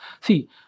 See